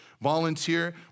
volunteer